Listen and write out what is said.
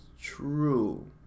true